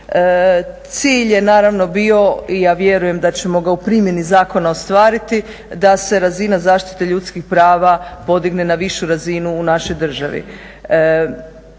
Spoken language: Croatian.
Cilj je naravno bio i ja vjerujem da ćemo ga u primjeni zakona ostvariti, da se razina zaštite ljudskih prava podigne na višu razinu u našoj državi.